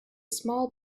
small